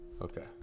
okay